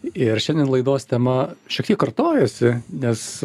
ir šiandien laidos tema šiek tiek kartojasi nes